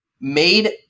made